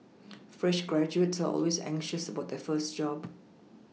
fresh graduates are always anxious about their first job